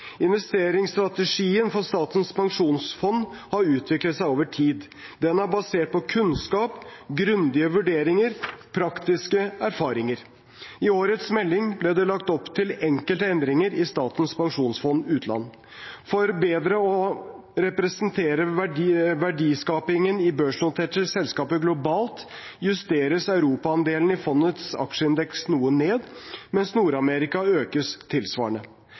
Investeringsstrategien for Statens pensjonsfond har utviklet seg over tid. Den er basert på kunnskap, grundige vurderinger og praktiske erfaringer. I årets melding ble det lagt opp til enkelte endringer i Statens pensjonsfond utland. For bedre å representere verdiskapingen i børsnoterte selskaper globalt justeres Europa-andelen i fondets aksjeindeks noe ned, mens Nord-Amerika økes tilsvarende.